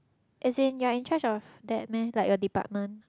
as in you're in charge of that meh like your department